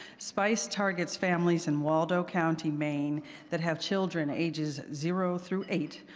spice targets families in waldo county, maine that have children ages zero through eight,